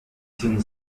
sin